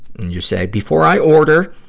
you say, before i order,